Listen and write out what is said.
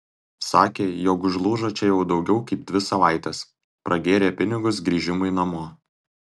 sakė jog užlūžo čia jau daugiau kaip dvi savaites pragėrė pinigus grįžimui namo